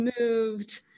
moved